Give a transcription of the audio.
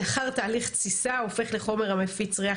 לאחר תהליך תסיסה הופך לחומר המפיץ ריח